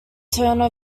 turner